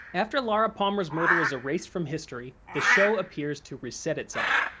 after laura palmer's murder is erased from history, the show appears to reset itself.